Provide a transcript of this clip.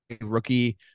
rookie